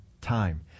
time